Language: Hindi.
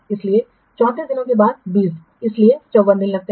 इसलिए 34 दिनों के बाद 20 इसलिए 54 दिन लगते हैं